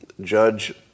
judge